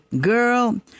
girl